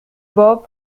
بوب